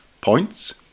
Points